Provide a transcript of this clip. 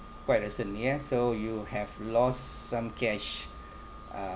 quite recent yes so you have lost some cash uh